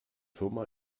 firma